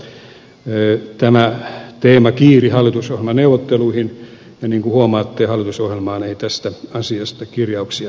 tämä teema kiiri hallitusohjelmaneuvotteluihin ja niin kuin huomaatte hallitusohjelmaan ei tästä asiasta kirjauksia tehty